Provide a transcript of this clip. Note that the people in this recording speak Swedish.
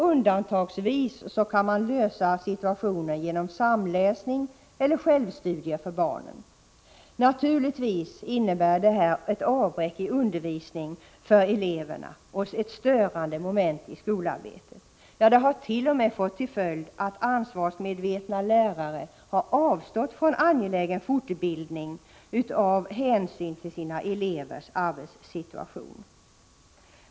Undantagsvis kan man lösa situationen genom samläsning eller självstudier för barnen. Naturligtvis innebär detta ett avbräck i undervisningen för eleverna och ett störande moment i skolarbetet. Ja, det har t.o.m. fått till följd att ansvarsmedvetna lärare har avstått från angelägen fortbildning av hänsyn till sina elevers arbetssituation.